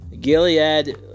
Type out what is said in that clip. Gilead